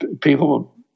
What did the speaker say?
people